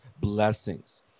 blessings